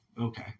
okay